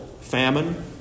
famine